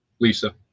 lisa